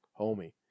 Homie